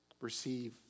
Receive